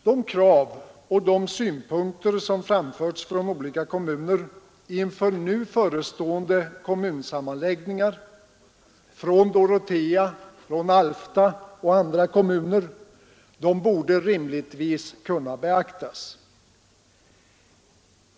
De krav och synpunkter som framförts från olika kommuner inför nu förestående kommunsammanläggningar — från Dorotea, från Alfta och från andra kommuner — borde rimligtvis kunna beaktas.